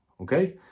Okay